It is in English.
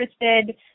interested